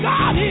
God